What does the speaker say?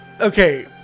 Okay